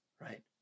right